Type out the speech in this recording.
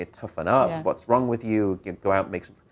ah toughen up. what's wrong with you? go out make some.